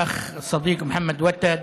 האח החבר מוחמד ותד,